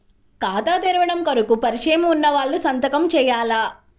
ఖాతా తెరవడం కొరకు పరిచయము వున్నవాళ్లు సంతకము చేయాలా?